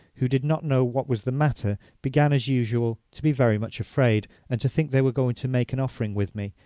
who did not know what was the matter, began, as usual, to be very much afraid, and to think they were going to make an offering with me,